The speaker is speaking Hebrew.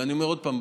ואני אומר עוד פעם,